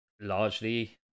largely